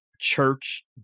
church